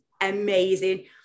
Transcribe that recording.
amazing